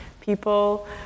People